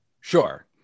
sure